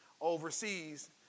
overseas